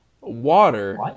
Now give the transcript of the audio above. water